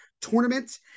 tournament